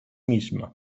misma